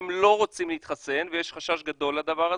שהם לא רוצים להתחסן ויש חשש גדול מן הדבר הזה.